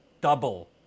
double